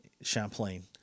Champlain